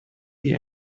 the